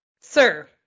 sir